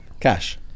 Cash